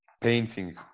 painting